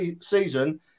season